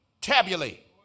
tabulate